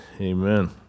Amen